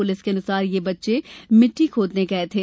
police के अनुसार यह बच्चे मिट्टी खोदने गये थे